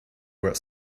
were